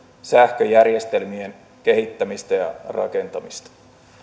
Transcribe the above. sähköjärjestelmien kehittämistä ja rakentamista